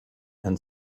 and